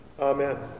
Amen